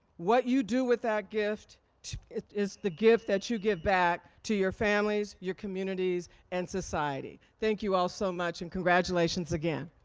what you do with that gift is the gift that you give back to your families, your communities, and society. thank you all so much, and congratulations again.